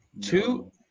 Two